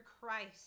Christ